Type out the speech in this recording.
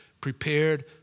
prepared